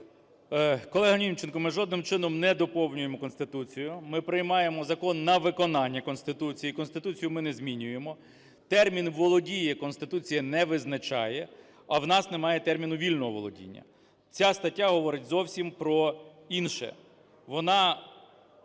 Колего Німченко, ми жодним чином не доповнюємо Конституцію, ми приймаємо закон на виконання Конституції. Конституцію ми не змінюємо. Термін "володіє" Конституція не визначає. А у нас немає терміну "вільного володіння". Ця стаття говорить зовсім про інше.